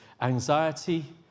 anxiety